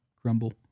crumble